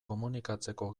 komunikatzeko